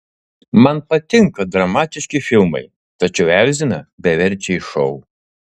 man patinka dramatiški filmai tačiau erzina beverčiai šou